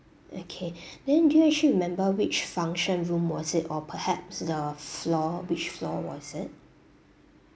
okay then do you actually remember which function room was it or perhaps the floor which floor was it